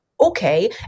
okay